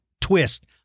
twist